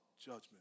judgment